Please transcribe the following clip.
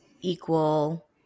equal